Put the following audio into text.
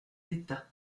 états